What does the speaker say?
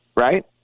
Right